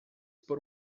por